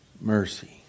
mercy